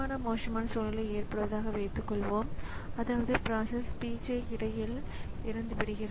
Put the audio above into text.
ஒரு மென்பொருள் உருவாக்கிய குறுக்கீடு எரர் அல்லது IO கோரிக்கை போன்ற பயனாளரின் கோரிக்கையால் ஏற்படுகிறது